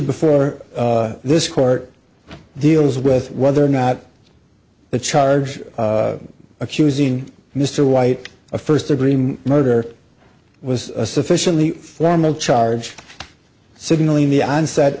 before this court deals with whether or not the charge accusing mr white a first degree murder was a sufficiently formal charge signaling the onset